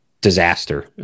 disaster